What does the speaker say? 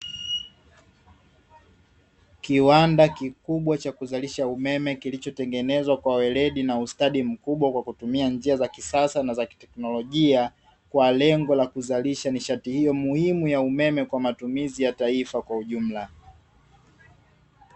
Kiwanda kikubwa cha kuzalisha uimeme kilichotengeneza kwa weledi na ustawi mkubwa kwa kutumia njia za kisasa na zakiteknolojia, kwa lengo la kuzalisha nishati hiyo muhimu ya umeme kwa matumizi ya taifa kwa ujumla.